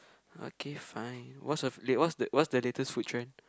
okay fine what's the late what's the what's the latest food trend